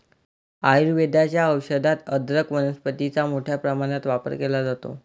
आयुर्वेदाच्या औषधात अदरक वनस्पतीचा मोठ्या प्रमाणात वापर केला जातो